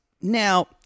now